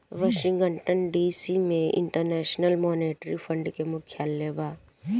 Washington DC में international monetary fund के मुख्यालय बा